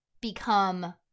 become